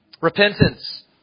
Repentance